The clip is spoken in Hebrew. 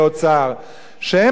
שהם מחליפים את השרים,